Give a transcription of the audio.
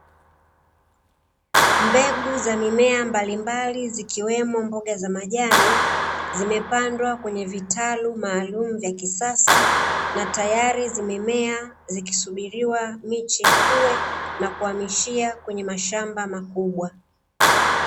Mbegu za mimea mbalimbali, zikiwemo mboga za majani, zimepandwa kwenye vitalu maalumu vya kisasa na tayari zimemea, zikisubiriwa miche ikue na kuhamishiwa kwenye mashamba makubwa.